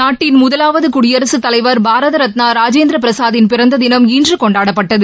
நாட்டின் முதலாவது குடியரகத் தலைவர் பாரத ரத்னா ராஜேந்திர பிரசாத்தின் பிறந்த தினம் இன்று கொண்டாப்பட்டது